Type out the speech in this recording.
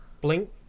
Blink